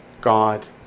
God